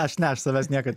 aš ne aš savęs niekad